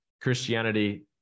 Christianity